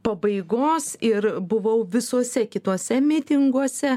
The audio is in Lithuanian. pabaigos ir buvau visuose kituose mitinguose